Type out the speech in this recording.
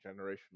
generational